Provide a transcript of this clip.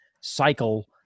cycle –